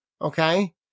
okay